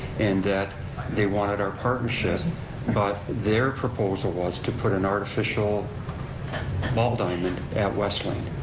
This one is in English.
and that they wanted our partnership but their proposal was to put an artificial ball diamond at wesleyan,